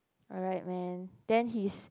alright man then his